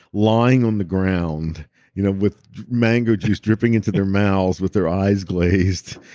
lying on the ground you know with mango juice dripping into their mouths with their eyes glazed.